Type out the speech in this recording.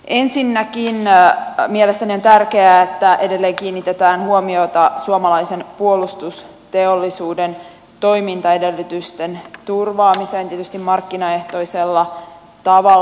ensinnäkin mielestäni on tärkeää että edelleen kiinnitetään huomiota suomalaisen puolustusteollisuuden toimintaedellytysten turvaamiseen tietysti markkinaehtoisella tavalla